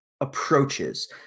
approaches